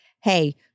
Hey